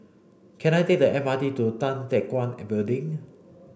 can I take the M R T to Tan Teck Guan Building